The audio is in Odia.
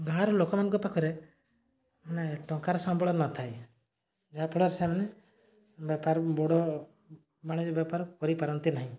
ଗାଁର ଲୋକମାନଙ୍କ ପାଖରେ ମାନେ ଟଙ୍କାର ସମ୍ବଳ ନଥାଏ ଯାହାଫଳରେ ସେମାନେ ବେପାର ବଡ଼ ବାଣିଜ୍ୟ ବେପାର କରିପାରନ୍ତି ନାହିଁ